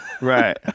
right